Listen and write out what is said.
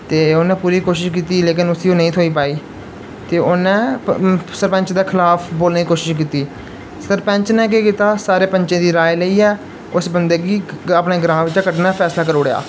ते उ'नें पूरी कोशश कीती लेकिन उसी ओह् नेईं थ्होई पाई ते उ'न्नै सरपैंच दे खलाफ बोलने दी कोशश कीती सरपैंच ने केह् कीता सारे पैंचें दी राए लेइयै उस बंदे गी अपने ग्रांऽ बिच्चा कड्ढने दा फैसला करी ओड़ेआ